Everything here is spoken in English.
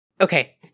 Okay